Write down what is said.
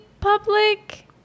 public